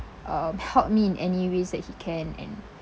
um help me in any ways that he can and